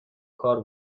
کار